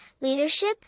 leadership